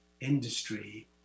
industry